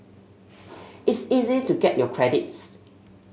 it's easy to get your credits